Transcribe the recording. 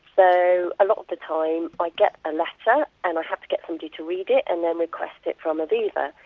so, a lot of the time i get a letter and i have to get somebody to read it and then request it from aviva.